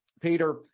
Peter